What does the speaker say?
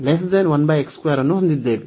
ನಾವು ಅನ್ನು ಹೊಂದಿದ್ದೇವೆ